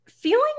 feeling